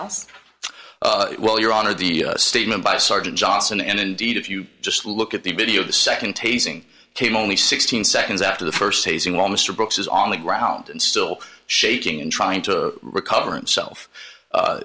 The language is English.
else well your honor the statement by sergeant johnson and indeed if you just look at the video the second tasing came only sixteen seconds after the first season while mr brooks is on the ground and still shaking and trying to recover himself